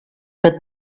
but